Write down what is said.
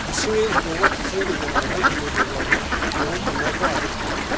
हारसिङै बबेवबा ख्रिस्टान गेजेरावहाय हिन्दु दंब्लाबो बेव अननायखौ आदोर खालाम